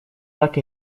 так